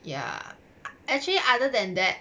ya actually other than that